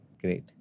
Great